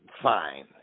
fine